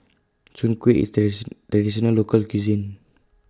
Soon Kuih IS Traditional Local Cuisine